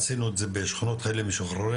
עשינו את זה בשכונות חיילים משוחררים,